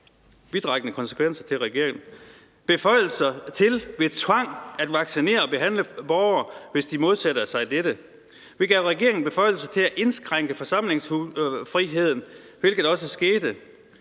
vidtrækkende konsekvenser, som det indebar. Det drejer sig om beføjelser til ved tvang at vaccinere og behandle borgere, hvis de modsætter sig dette. Vi gav regeringen beføjelser til at indskrænke forsamlingsfriheden, hvilket også skete.